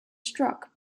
struck